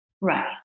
Right